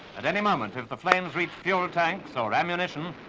at any moment, if the flames reach fuel tanks or ammunition,